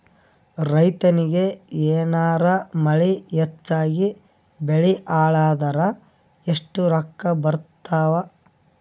ರೈತನಿಗ ಏನಾರ ಮಳಿ ಹೆಚ್ಚಾಗಿಬೆಳಿ ಹಾಳಾದರ ಎಷ್ಟುರೊಕ್ಕಾ ಬರತ್ತಾವ?